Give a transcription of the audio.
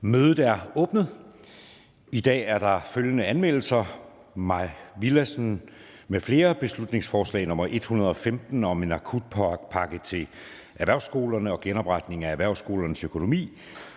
Mødet er åbnet. I dag er der følgende anmeldelser: Mai Villadsen (EL) m.fl.: Beslutningsforslag nr. B 115 (Forslag til folketingsbeslutning om en akutpakke til erhvervsskolerne og genopretning af erhvervsskolernes økonomi).